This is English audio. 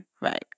right